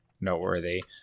noteworthy